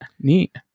Neat